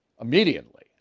immediately